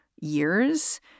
years